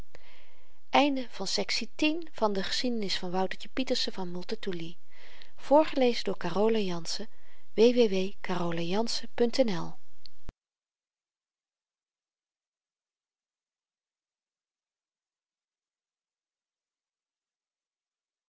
de geschiedenis van woutertje pieterse van multatuli